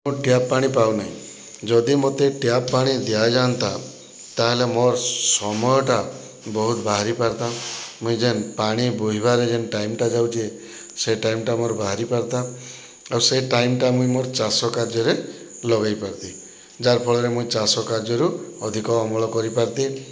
ମୁଁ ଟ୍ୟାପ୍ ପାଣି ପାଉ ନାହିଁ ଯଦି ମୋତେ ଟ୍ୟାପ୍ ପାଣି ଦିଆଯାଆନ୍ତା ତାହାହେଲେ ମୋର୍ ସମୟଟା ବହୁତ୍ ବାହାରି ପାରନ୍ତା ମୁଇଁ ଯେନ୍ ପାଣି ବୋହିବାରେ ଯେନ୍ ଟାଇମ୍ଟା ଯାଉଛେ ସେଇ ଟାଇମ୍ଟା ମୋର୍ ବାହାରିପାରନ୍ତା ଆଉ ସେଇ ଟାଇମ୍ଟା ମୁଇଁ ମୋର୍ ଚାଷ କାର୍ଯ୍ୟରେ ଲଗାଇ ପାରନ୍ତି ଯାହାଫଳରେ ମୁଇଁ ଚାଷ କାର୍ଯ୍ୟରୁ ଅଧିକ ଅମଳ କରିପାରନ୍ତି